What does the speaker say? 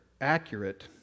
accurate